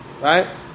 Right